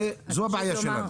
זו הבעיה שלנו.